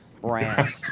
brand